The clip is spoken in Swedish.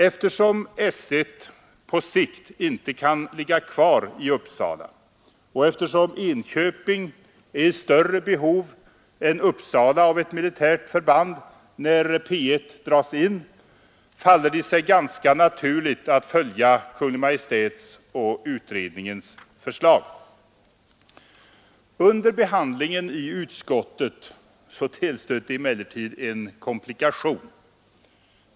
Eftersom S 1 på sikt alltså inte kan ligga kvar i Uppsala, och eftersom Enköping är i större behov än Uppsala av ett militärt förband när P 1 dras in, faller det sig ganska naturligt att följa Kungl. Maj:ts och utredningens förslag. Under behandlingen i utskottet tillstötte emellertid en komplikation.